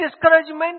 discouragement